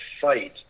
fight